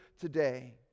today